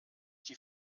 die